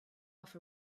off